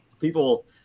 people